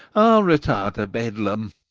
retire to bedlam.